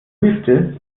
wüste